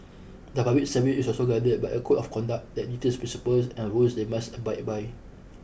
the public service is also guided by a code of conduct that details principles and rules they must abide by